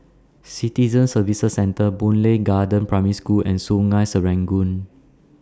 Citizen Services Centre Boon Lay Garden Primary School and Sungei Serangoon